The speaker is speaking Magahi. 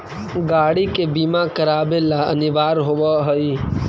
गाड़ि के बीमा करावे ला अनिवार्य होवऽ हई